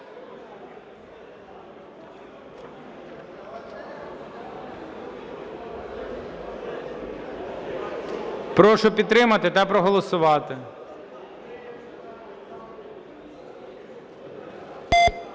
Прошу підтримати та проголосувати.